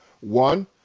one